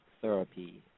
therapy